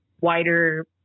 wider